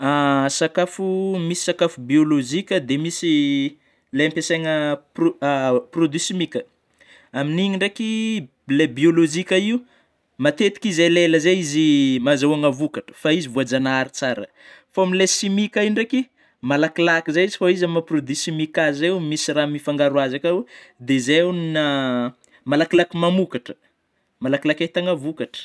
Sakafo misy sakafo biolojika, de misy ilay ampiasaina produit chimique, amin'iny ndraiky lay bilojika io matetiky izy io elaela zay izy azahoana vôkatra fa izy voajanahary tsara, fa amin'lay simika ndraiky malakilaky zay izy fa izy amin'ny maha produit chimique azy zay oh, misy raha mifangaro azy akao de zay no malakilaky mamokatra, malakilaky itagnao vôkatra.